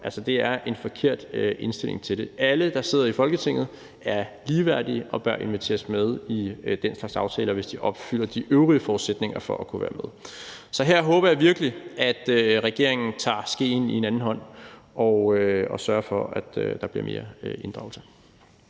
det er en forkert indstilling til det. Alle, der sidder i Folketinget, er ligeværdige og bør inviteres med i den slags aftaler, hvis de opfylder de øvrige forudsætninger for at kunne være med. Så jeg håber virkelig, at regeringen her tager skeen i den anden hånd og sørger for, at der bliver mere inddragelse.